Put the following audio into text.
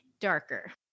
darker